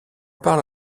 parle